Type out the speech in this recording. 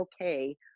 okay